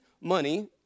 money